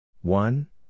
one